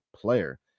player